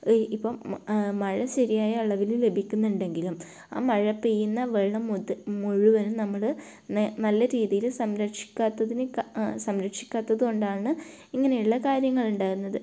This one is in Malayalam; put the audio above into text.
ഇപ്പം മഴ ശരിയായ അളവിൽ ലഭിക്കുന്നുണ്ടെങ്കിലും ആ മഴ പെയ്യുന്ന വെള്ളം മുത മുഴുവനും നമ്മൾ നെ നല്ല രീതീയിൽ സംരക്ഷിക്കാത്തതിന് ക സംരക്ഷിക്കാത്തത് കൊണ്ടാണ് ഇങ്ങനെയുള്ള കാര്യങ്ങളുണ്ടാകുന്നത്